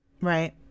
Right